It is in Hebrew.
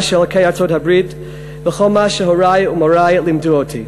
של ערכי ארצות-הברית וכל מה שהורי ומורי לימדו אותי.